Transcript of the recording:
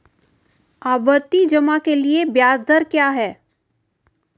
आवर्ती जमा के लिए ब्याज दर क्या है?